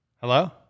Hello